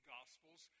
Gospels